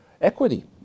equity